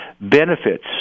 benefits